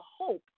hope